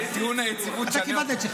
הטיעון של יציבות --- קיבלת את שלך,